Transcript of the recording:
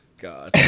God